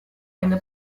eine